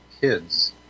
kids